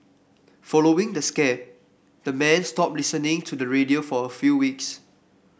following the scare the men stopped listening to the radio for a few weeks